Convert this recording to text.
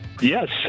Yes